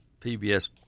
pbs